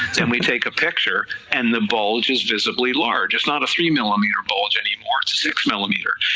then we take a picture, and the bulge is visibly large, it's not a three millimeter bulge anymore, it's a six millimeter,